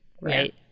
right